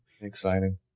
Exciting